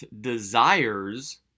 desires